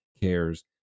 cares